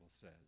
says